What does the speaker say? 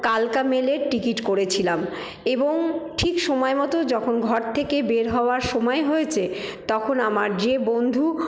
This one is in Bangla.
কালকা মেলের টিকিট করেছিলাম এবং ঠিক সময়মতো যখন ঘর থেকে বের হওয়ার সময় হয়েছে তখন আমার যে বন্ধু